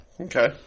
Okay